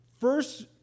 first